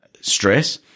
stress